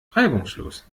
reibungslos